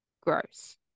gross